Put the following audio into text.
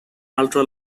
ultra